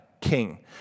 King